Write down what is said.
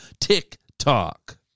TikTok